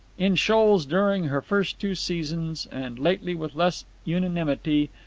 in shoals during her first two seasons, and lately with less unanimity,